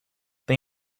they